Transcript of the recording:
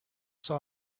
saw